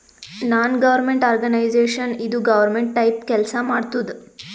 ನಾನ್ government organisation ಇದು government type ಕೆಲ್ಸಾ ಮಾಡತ್ತುದ್